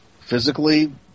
physically